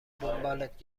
دنبالت